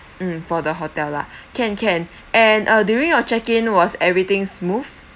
mm for the hotel lah can can and uh during your check in was everything smooth